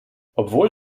obwohl